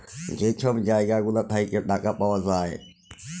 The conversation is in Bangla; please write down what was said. যে ছব জায়গা গুলা থ্যাইকে টাকা পাউয়া যায়